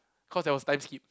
cause there was time skip